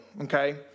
Okay